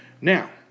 Now